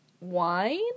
wine